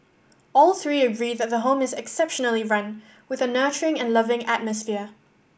all three agree that the home is exceptionally run with a nurturing and loving atmosphere